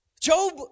Job